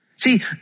See